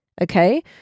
Okay